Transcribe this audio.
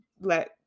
let